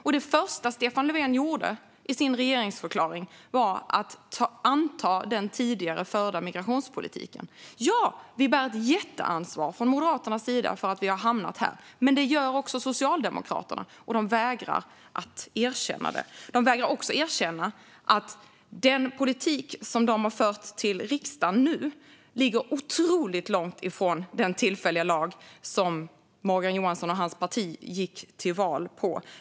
Och det första Stefan Löfven gjorde i sin regeringsförklaring var att anta den tidigare förda migrationspolitiken. Ja, vi bär ett jätteansvar från Moderaternas sida för att vi har hamnat här. Men det gör också Socialdemokraterna, och de vägrar att erkänna det. De vägrar också att erkänna att den politik som de nu har fört till riksdagen ligger otroligt långt från den tillfälliga lag som Morgan Johansson och hans parti gick till val på.